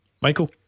Michael